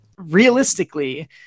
realistically